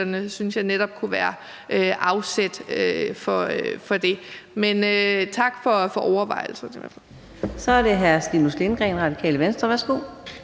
synes jeg netop kunne være et afsæt for det. Men tak for overvejelserne.